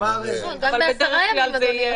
לא יאוחר מתום תקופת תוקפה של הכרזה על מצב חירום בשל נגיף